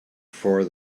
for